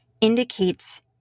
indicates